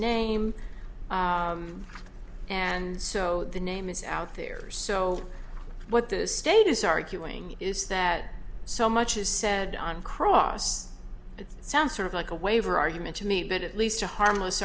name and so the name is out there so what the state is arguing is that so much is said on cross it sounds sort of like a waiver argument to me but at least a harmless